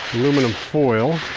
aluminum foil